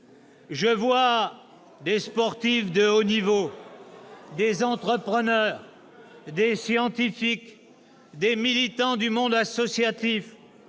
Je vois des sportifs de haut niveau, des entrepreneurs, des scientifiques, des militants du monde associatif.